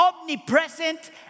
omnipresent